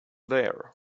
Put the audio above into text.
there